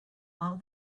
all